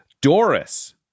Doris